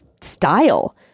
style